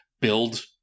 build